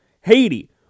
Haiti